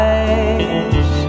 eyes